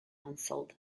unsold